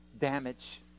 damage